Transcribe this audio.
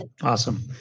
Awesome